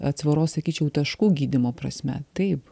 atsvaros sakyčiau taškų gydymo prasme taip